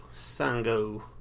sango